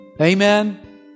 Amen